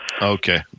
Okay